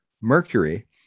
Mercury